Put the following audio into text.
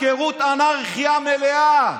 הפקרות, אנרכיה מלאה.